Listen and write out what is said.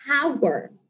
power